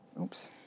Oops